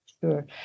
Sure